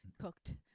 cooked